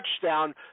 touchdown